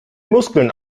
muskeln